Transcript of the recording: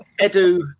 Edu